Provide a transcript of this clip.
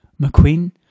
McQueen